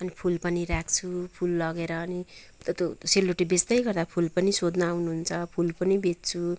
अनि फुल पनि राख्छु फुल लगेर अनि त त्यो सेलरोटी बेच्दैगर्दा फुल पनि सोध्न आउनुहुन्छ फुल पनि बेच्छु